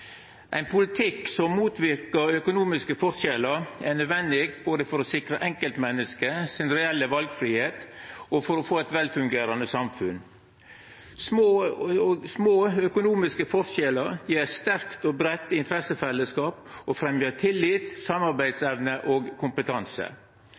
nødvendig både for å sikre enkeltmenneske sin reelle valfridom, for å få eit velfungerande samfunn med små økonomiske forskjellar i eit sterkt og breitt interessefellesskap og for å fremje tillit,